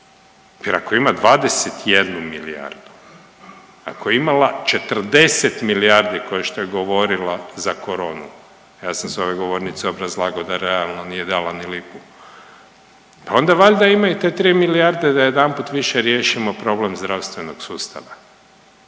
jer ako ima 21 milijardu, ako je imala 40 milijardi košto je govorila za koronu, ja sam s ove govornice obrazlagao da realno nije dala ni lipu, pa onda valjda imaju te 3 milijarde da jedanput više riješimo problem zdravstvenog sustava.